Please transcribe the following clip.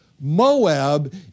Moab